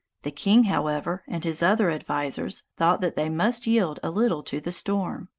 the king, however, and his other advisers, thought that they must yield a little to the storm.